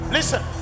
Listen